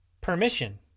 Permission